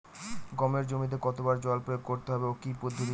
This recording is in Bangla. গমের জমিতে কতো বার জল প্রয়োগ করতে হবে ও কি পদ্ধতিতে?